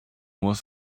was